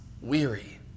weary